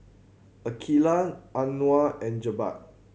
Aqeelah Anuar and Jebat